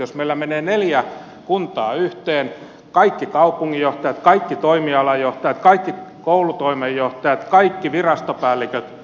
jos meillä menee neljä kuntaa yhteen kaikki kaupunginjohtajat kaikki toimialajohtajat kaikki koulutoimenjohtajat kaikki virastopäälliköt